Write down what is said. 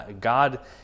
God